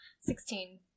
sixteen